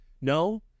no